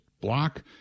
block